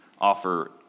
offer